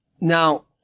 now